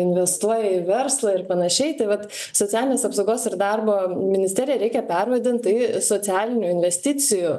investuoja į verslą ir panašiai tai vat socialinės apsaugos ir darbo ministeriją reikia pervadint į socialinių investicijų